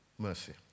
mercy